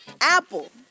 Apple